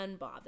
unbothered